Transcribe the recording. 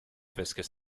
viscous